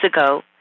ago